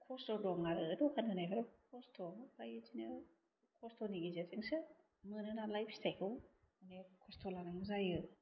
खस्थ' दं आरो द'खान होनायफ्राबो खस्थ' आमफ्राइ बिदिनो खस्थ'नि गेजेरजोंसो मोनो नालाय फिथायखौ ओंखायनो खस्थ' लानांगौ जायो